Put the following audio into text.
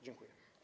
Dziękuję.